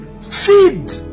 Feed